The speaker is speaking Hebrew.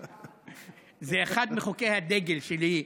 זה אחד מחוקי הדגל שלי: